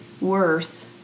worth